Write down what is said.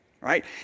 Right